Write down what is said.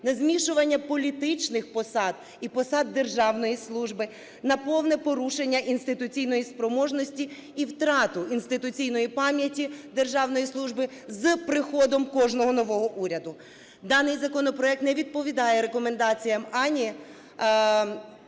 не змішування політичних посад і посад державної служби, на повне порушення інституційної спроможності і втрату інституційної пам'яті державної служби з приходом кожного нового уряду. Даний законопроект не відповідає рекомендаціям ані